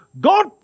God